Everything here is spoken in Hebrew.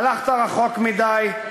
הלכת רחוק מדי,